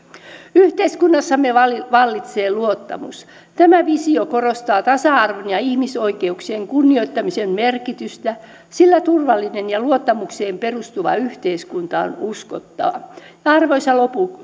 yhteiskunnassamme vallitsee vallitsee luottamus tämä visio korostaa tasa arvon ja ihmisoikeuksien kunnioittamisen merkitystä sillä turvallinen ja luottamukseen perustuva yhteiskunta on uskottava arvoisa